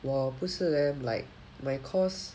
我不是 leh like my course